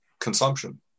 consumption